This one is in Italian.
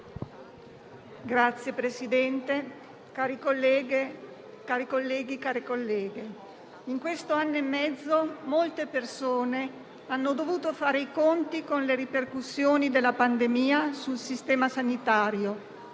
Signor Presidente, cari colleghi, care colleghe, in questo anno e mezzo molte persone hanno dovuto fare i conti con le ripercussioni della pandemia sul Sistema sanitario,